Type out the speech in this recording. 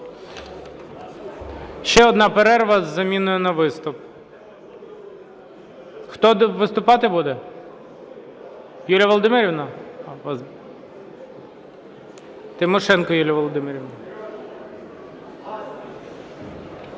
Ще одна перерва з заміною на виступ. Хто виступати буде? Юлія Володимирівна? Тимошенко Юлія Володимирівна.